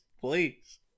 Please